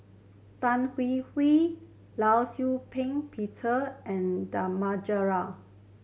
Tan Hwee Hwee Law Shau Ping Peter and